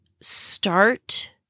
Start